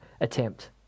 attempt